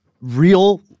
real